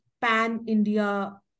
pan-India